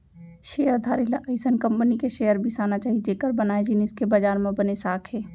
share धारी ल अइसन कंपनी के शेयर बिसाना चाही जेकर बनाए जिनिस के बजार म बने साख हे